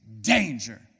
Danger